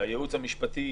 שהייעוץ המשפטי